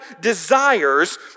desires